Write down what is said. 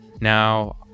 Now